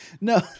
No